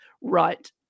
right